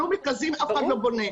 היו מכרזים ואף אחד לא בונה.